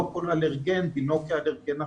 לא כל אלרגן דינו כאלרגן אחר.